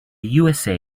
usa